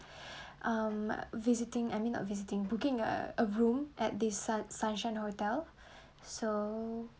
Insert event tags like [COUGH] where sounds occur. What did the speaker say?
[BREATH] um visiting I mean not visiting booking a a room at the sun sunshine hotel [BREATH] so